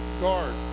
guard